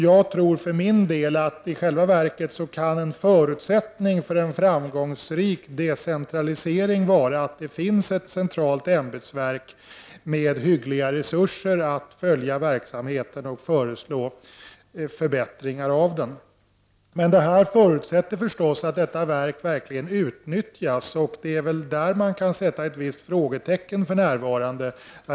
Jag tror för min del att i själva verket kan en förutsättning för en framgångsrik decentralisering vara att det finns ett centralt ämbetsverk med hyggliga resurser att följa verksamheten och föreslå förbättringar av den. Det förutsätter förstås att detta verk verkligen utnyttjas. Det är väl där man kan sätta ett visst frågetecken för närvarande.